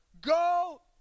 Go